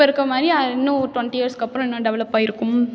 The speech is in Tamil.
இப்போ இருக்கற மாதிரியே இன்னும் ஒரு டொண்ட்டி இயர்ஸ்க்கப்புறம் இன்னும் டெவெலப் ஆகிருக்கும்